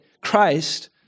Christ